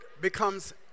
becomes